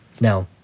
Now